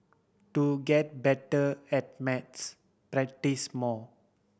to get better at maths practise more